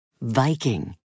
Viking